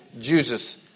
Jesus